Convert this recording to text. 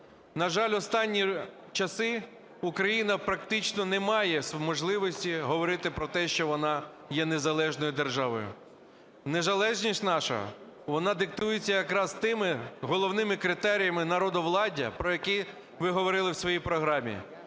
На жаль. останні часи Україна практично не має можливості говорити про те, що вона є незалежною державою. Незалежність наша, вона диктується якраз тими головними критеріями народовладдя, про які ви говорили в своїй програмі.